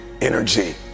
energy